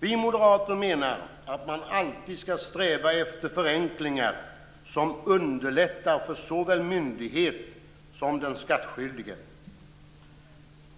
Vi moderater menar att man alltid skall sträva efter förenklingar som underlättar för såväl myndighet som den skattskyldige.